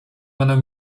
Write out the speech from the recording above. będą